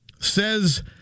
says